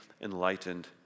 enlightened